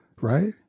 right